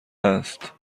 است